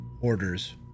orders